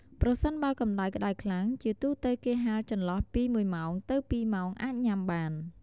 ប្រសិនបើកម្តៅក្តៅខ្លាំង ជាទូទៅគេហាលចន្លោះពី១ម៉ោងទៅ២ម៉ោងអាចញ៉ាំបាន។